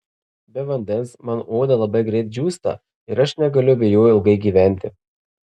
be vandens mano oda labai greit džiūsta ir aš negaliu be jo ilgai gyventi